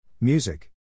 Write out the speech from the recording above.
Music